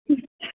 হুম